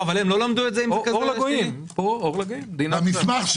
אנחנו אור לגויים.